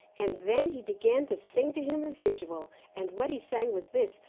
and then he began to sing to him as usual. and what he sang was this,